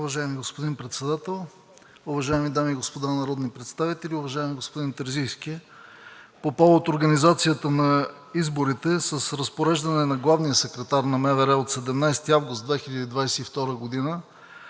Уважаеми господин Председател, уважаеми дами и господа народни представители! Уважаеми господин Терзийски, по повод организацията на изборите, с разпореждане на главния секретар на МВР от 17 август 2022 г.,